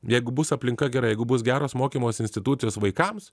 jeigu bus aplinka gera jeigu bus geros mokymosi institucijos vaikams